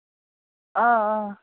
آ آ